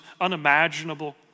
unimaginable